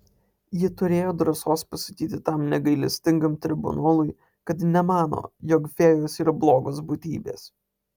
ji turėjo drąsos pasakyti tam negailestingam tribunolui kad nemano jog fėjos yra blogos būtybės